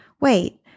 wait